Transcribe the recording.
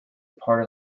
part